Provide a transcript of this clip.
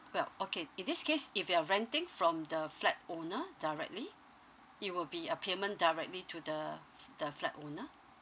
well okay in this case if you're renting from the flat owner directly it will be a payment directly to the f~ the flat owner